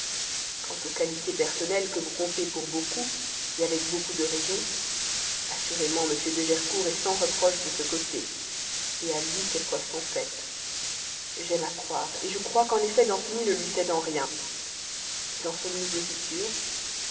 quant aux qualités personnelles que vous comptez pour beaucoup avec beaucoup de raisons assurément m de gercourt est sans reproche de ce côté à lui ses preuves sont faites j'aime à croire je crois qu'en effet danceny ne lui cède en rien mais en sommes-nous aussi sûres